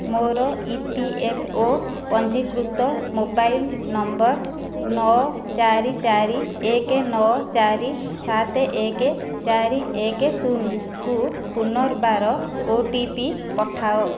ମୋର E P F ଓ ପଞ୍ଜୀକୃତ ମୋବାଇଲ୍ ନମ୍ବର ନଅ ଚାରି ଚାରି ଏକ ନଅ ଚାରି ସାତ ଏକ ଚାରି ଏକ ଶୂନ୍ କୁ ପୁନର୍ବାର ଓ ଟି ପି ପଠାଅ